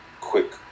quick